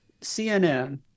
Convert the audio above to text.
cnn